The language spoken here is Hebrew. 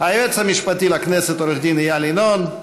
היועץ המשפטי לכנסת עו"ד איל ינון,